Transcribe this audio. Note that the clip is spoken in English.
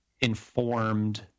informed